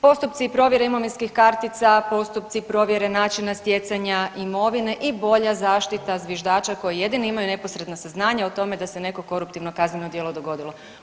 Postupci provjere imovinskih kartica, postupci provjere načina stjecanja imovine i bolja zaštita zviždača koji jedini imaju neposredna saznanja o tome da se neko koruptivno kazneno djelo dogodilo.